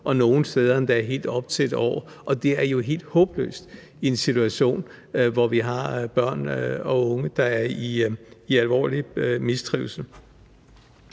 nogle steder endda helt op til 1 år, og det er jo en helt håbløs situation, når vi har børn og unge, der er i alvorlig mistrivsel.